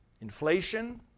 Inflation